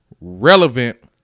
relevant